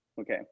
Okay